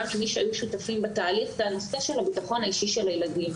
גם למי שהיו בתהליך זה הנושא של הביטחון האישי של הילדים.